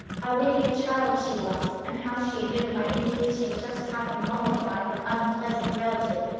how winning a child she was! and how she had known by intuition just how to mollify her unpleasant relative!